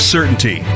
Certainty